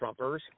Trumpers